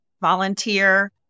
volunteer